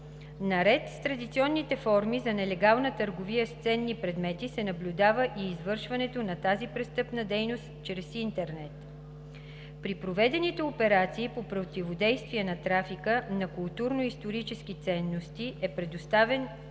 Наред с традиционните форми за нелегална търговия с ценни предмети се наблюдава и извършването на тази престъпна дейност чрез интернет. При проведените операции по противодействие на трафика на културно-исторически ценности е предотвратен